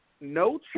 No